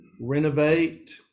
renovate